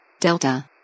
Delta